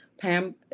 Pam